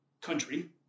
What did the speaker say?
country